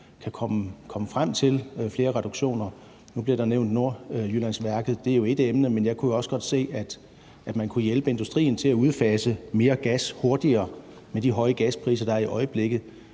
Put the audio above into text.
kan komme frem til flere reduktioner. Nu bliver Nordjyllandsværket nævnt; det er jo ét emne, men jeg kunne også godt se, at man kunne hjælpe industrien med at udfase mere gas hurtigere med de høje gaspriser, der er i øjeblikket.